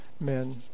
men